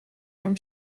from